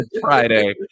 Friday